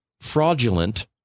fraudulent